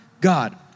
God